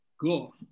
Cool